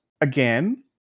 again